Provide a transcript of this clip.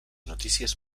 notícies